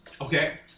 Okay